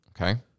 Okay